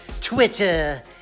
Twitter